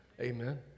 Amen